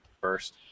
first